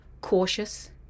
cautious